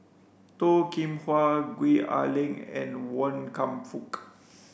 Toh Kim Hwa Gwee Ah Leng and Wan Kam Fook